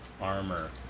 Armor